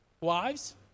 wives